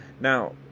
Now